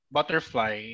Butterfly